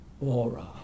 Aura